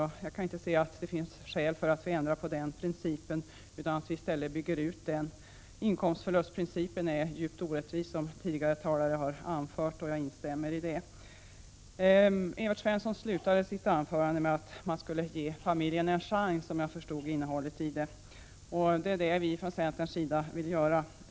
Jag kan inte säga att det finns skäl att ändra på den principen, utan vi bör i stället bygga ut den delen av försäkringen. Inkomstförlustprincipen är djupt orättvis, som tidigare talare har anfört. Jag instämmer i det. Evert Svensson slutade sitt anförande med att säga att man skulle ge familjen en chans, om jag förstod innehållet rätt. Det är det vi från centerns sida vill göra.